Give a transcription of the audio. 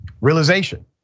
realization